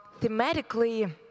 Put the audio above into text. Thematically